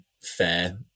fair